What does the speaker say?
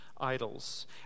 idols